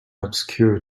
obscure